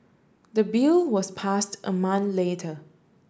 the bill was passed a month later